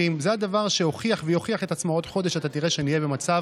ולאחר שהוועדה נדרשה בקפידה לכלל החלופות התכנוניות אשר הוצגו בפניה.